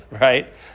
right